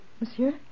monsieur